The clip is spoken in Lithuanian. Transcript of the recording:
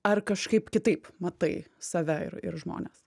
ar kažkaip kitaip matai save ir ir žmones